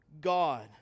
God